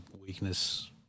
weakness